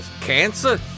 Cancer